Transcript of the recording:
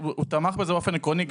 הוא תמך בזה באופן עקרוני,